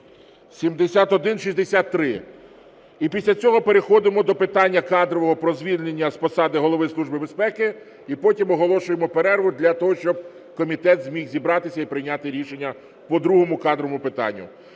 7163. І після цього переходимо до питання кадрового про звільнення з посади Голови Служби безпеки, і потім оголошуємо перерву для того, щоб комітет зміг зібратися і прийняти рішення по другому кадровому питанню.